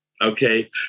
Okay